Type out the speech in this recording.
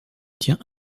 tient